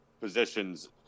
positions